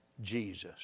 Jesus